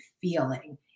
feeling